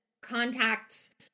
contacts